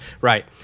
right